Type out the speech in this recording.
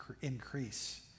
increase